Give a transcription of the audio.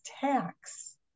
tax